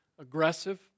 aggressive